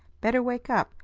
better wake up.